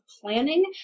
planning